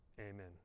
Amen